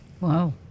Wow